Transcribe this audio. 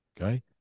okay